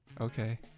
okay